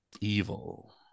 Evil